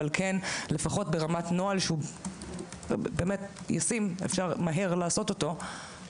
אבל לפחות ברמת נוהל שהוא באמת ישים ואפשר מהר לעשות אותו.